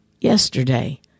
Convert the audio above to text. yesterday